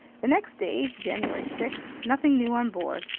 the next day, january six nothing new on board.